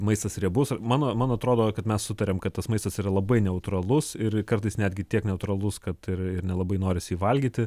maistas riebus ar mano man atrodo kad mes sutarėm kad tas maistas yra labai neutralus ir kartais netgi tiek neutralus kad ir nelabai norisi jį valgyti